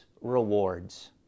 rewards